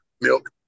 Milk